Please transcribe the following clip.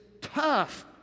tough